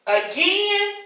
again